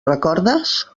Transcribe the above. recordes